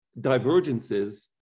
divergences